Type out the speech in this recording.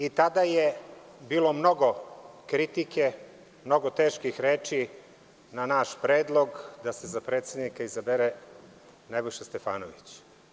I tada je bilo mnogo kritike, mnogo teških reči na naš predlog da se za predsednika izabere Nebojša Stefanović.